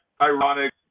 ironic